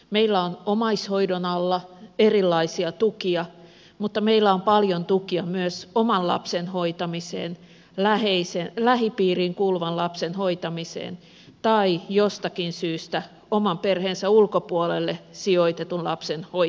meillä on omaishoidon alla erilaisia tukia mutta meillä on paljon tukia myös oman lapsen hoitamiseen lähipiiriin kuuluvan lapsen hoitamiseen tai jostakin syystä oman perheensä ulkopuolelle sijoitetun lapsen hoitamiseen